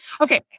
Okay